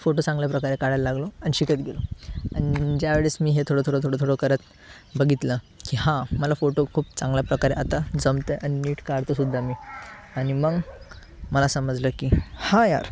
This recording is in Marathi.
फोटो चांगल्या प्रकारे काढायला लागलो आणि शिकत गेलो आणि ज्यावेळेस मी हे थोडं थोडं थोडं करत बघितलं की हां मला फोटो खूप चांगल्या प्रकारे आता जमतं आहे आणि नीट काढतो सुद्धा मी आणि मग मला समजलं की हा यार